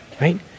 right